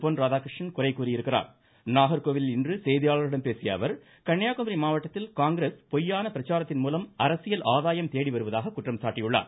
பொன் ராதாகிருஷ்ணன் குறை கூறியிருக்கிறார் நாகர்கோவிலில் இன்று செய்தியாளர்களிடம் பேசியஅவர் கன்னியாக்குமரி மாவட்டத்தில் காங்கிரஸ் பொய்யான பிரச்சாரத்தின்மூலம் அரசியல் ஆதாயம் தேடி வருவதாக குற்றம் சாட்டியள்ளார்